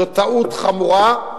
זו טעות חמורה.